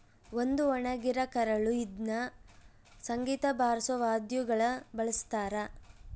ಒಂದು ಒಣಗಿರ ಕರಳು ಇದ್ನ ಸಂಗೀತ ಬಾರ್ಸೋ ವಾದ್ಯಗುಳ ಬಳಸ್ತಾರ